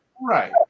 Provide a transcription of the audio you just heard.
Right